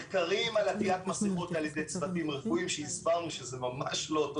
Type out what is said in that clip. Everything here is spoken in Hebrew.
מחקרים על עטיית מסיכות על ידי צוותים רפואיים שהסברנו שזה ממש לא אותו